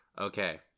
Okay